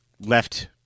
left